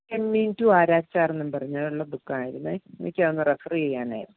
ചെമ്മീൻ to Aarachar എന്നും പറഞ്ഞുള്ള ബുക്കായിരുന്നെ എനിക്കതൊന്ന് റഫർ ചെയ്യാനായിരുന്നു